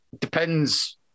Depends